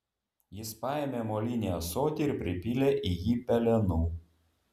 jis paėmė molinį ąsotį ir pripylė į jį pelenų